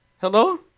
Hello